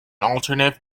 alternative